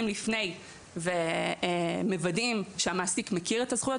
איתם לפני ומוודאים שגם הם מכירים את הזכויות,